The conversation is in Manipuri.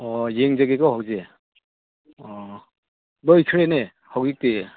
ꯑꯣ ꯌꯦꯡꯖꯒꯦꯀꯣ ꯍꯧꯖꯤꯛ ꯑꯣ ꯂꯣꯏꯈ꯭ꯔꯦꯅꯦ ꯍꯧꯖꯤꯛꯇꯤ